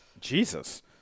Jesus